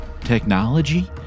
technology